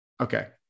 Okay